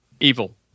evil